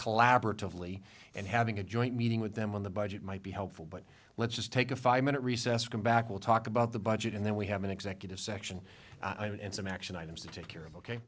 collaboratively and having a joint meeting with them on the budget might be helpful but let's just take a five minute recess come back we'll talk about the budget and then we have an executive section and some action items to take care of ok